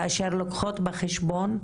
כאשר לוקחות בחשבון,